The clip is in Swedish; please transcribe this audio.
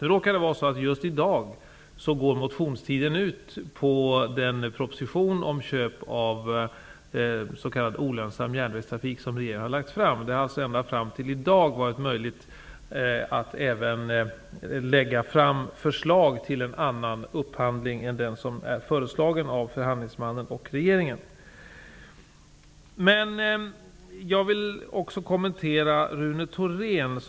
Nu råkar det vara så att just i dag går motionstiden ut på den proposition om köp av s.k. olönsam järnvägstrafik som regeringen har lagt fram. Det har alltså ända fram till i dag varit möjligt att även lägga fram förslag till en annan upphandling än den som är föreslagen av förhandlingsmannen och regeringen. Jag vill också kommentera det Rune Thorén sade.